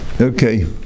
Okay